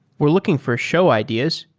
we're looking for show ideas.